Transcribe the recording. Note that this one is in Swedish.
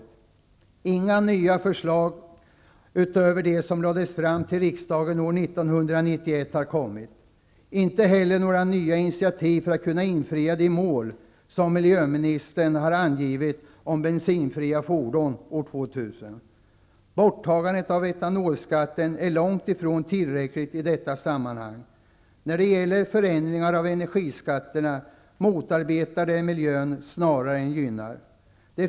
Det har inte kommit några nya förslag utöver dem som lades fram för riksdagen under 1991. Det har inte heller tagits några nya initiativ för att man skall kunna infria de mål som miljöministern har angivit angående bensinfria fordon år 2000. Borttagandet av etanolskatten är långt ifrån tillräckligt i detta sammanhang. Förändringen av energiskatterna snarare motarbetar miljön än gynnar den.